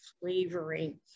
flavoring